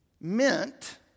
...meant